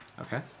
Okay